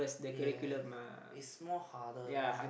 yes its more harder than this